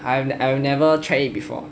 I've never tried it before